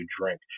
drink